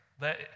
Let